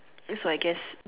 is so I guess